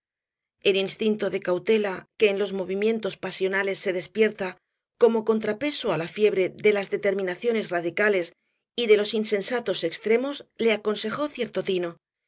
el instinto de cautela que en los movimientos pasionales se despierta como contrapeso á la fiebre de las determinaciones radicales y de los insensatos extremos le aconsejó cierto tino